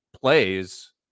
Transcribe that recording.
plays